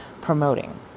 promoting